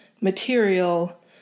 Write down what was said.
material